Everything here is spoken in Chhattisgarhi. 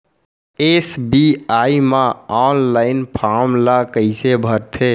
एस.बी.आई म ऑनलाइन फॉर्म ल कइसे भरथे?